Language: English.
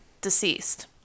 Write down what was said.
deceased